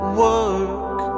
work